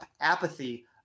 apathy